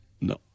No